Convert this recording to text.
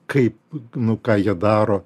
kaip nu ką jie daro